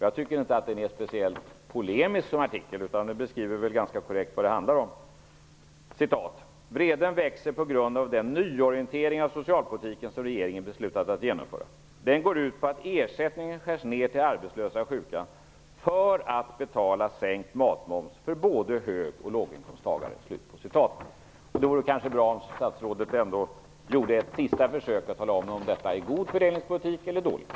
Jag tycker inte att artikeln är speciellt polemisk, utan den beskriver ganska korrekt vad det handlar om: "- vreden växer på grund av den nyorientering av socialpolitiken som regeringen beslutat att genomföra. Den går ut på att ersättningen skärs ned till arbetslösa och sjuka för att betala sänkt matmoms för både hög och låginkomsttagare." Det vore bra om statsrådet gjorde ett sista försök att tala om huruvida detta är god eller dålig fördelningspolitik.